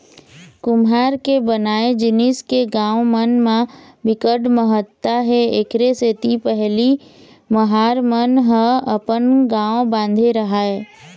कुम्हार के बनाए जिनिस के गाँव मन म बिकट महत्ता हे एखरे सेती पहिली महार मन ह अपन गाँव बांधे राहय